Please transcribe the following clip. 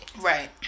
Right